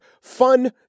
fun